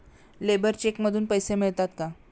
Labour cheque मधून पैसे मिळतात का?